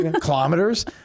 kilometers